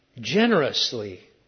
generously